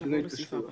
נתוני התקשרויות.